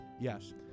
Yes